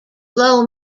low